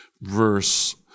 verse